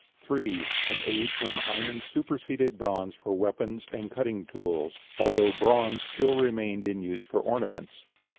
three. an age when iron superseded bronze for weapons and cutting tools, although bronze still remained in use for ornaments.